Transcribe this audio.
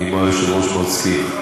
שאל, אם היושב-ראש מסכים.